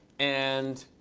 and